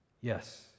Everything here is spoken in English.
yes